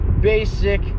Basic